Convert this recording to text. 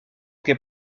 que